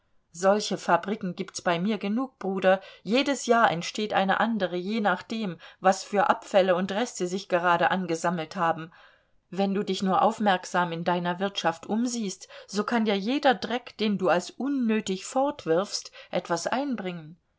solche fabriken gibt's bei mir genug bruder jedes jahr entsteht eine andere je nach dem was für abfälle und reste sich gerade angesammelt haben wenn du dich nur aufmerksam in deiner wirtschaft umsiehst so kann dir jeder dreck den du als unnötig fortwirfst etwas einbringen